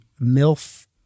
MILF